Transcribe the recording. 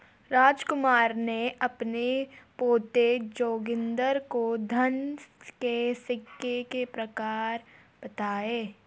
रामकुमार ने अपने पोते जोगिंदर को धन के सिक्के के प्रकार बताएं